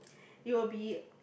it will be